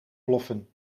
ploffen